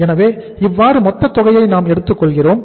எனவே இவ்வாறு மொத்த தொகையை நாம் எடுத்துக் கொள்கிறோம்